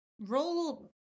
Roll